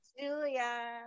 julia